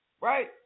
right